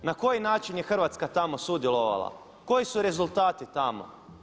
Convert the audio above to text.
Na koji način je Hrvatska tamo sudjelovala, koji su rezultati tamo?